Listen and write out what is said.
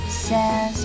says